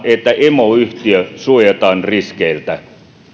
että emoyhtiö suojataan riskeiltä